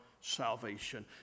salvation